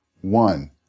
One